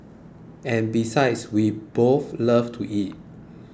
and besides we both love to eat